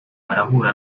barahura